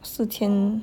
四天